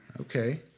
Okay